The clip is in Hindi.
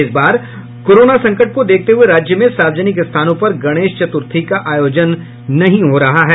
इस बार कोरोना संकट को देखते हुये राज्य में सार्वजनिक स्थानों पर गणेश चतुर्थी का आयोजन नहीं हो रहा है